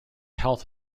health